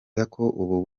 bwacu